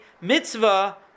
mitzvah